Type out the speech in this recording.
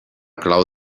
clau